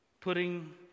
putting